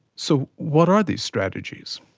so what are these strategies?